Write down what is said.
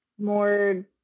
more